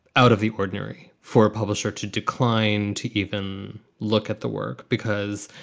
out of the ordinary for a publisher to decline to even look at the work, because